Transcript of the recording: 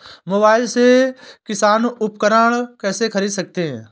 Mobile से किसान उपकरण कैसे ख़रीद सकते है?